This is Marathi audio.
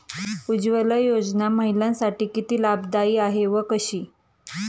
उज्ज्वला योजना महिलांसाठी किती लाभदायी आहे व कशी?